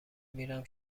میرم